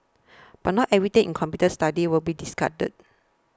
but not everything in computer studies will be discarded